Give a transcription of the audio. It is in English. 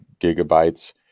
gigabytes